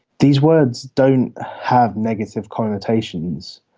these words don't have negative connotations.